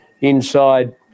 inside